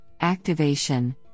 activation